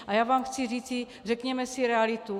A já vám chci říci řekněme si realitu.